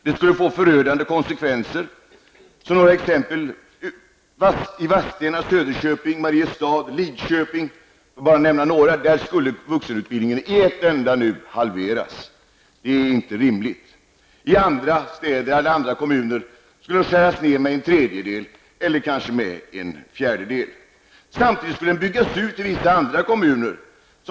Det skulle få förödande konsekvenser. I Vadstena, Söderköping, Mariestad och Linköping skulle vuxenutbildningen i ett enda nu halveras. Det är inte rimligt. I andra städer och kommuner skulle den skäras ned med en tredjedel eller kanske en fjärdedel. Samtidigt skulle den byggas ut i vissa andra kommuner.